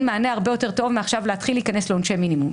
מענה הרבה יותר טוב מאשר עכשיו להתחיל להיכנס לעונשי מינימום.